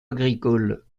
agricoles